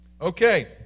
Okay